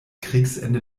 kriegsende